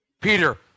Peter